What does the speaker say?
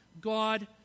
God